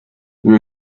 there